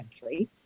country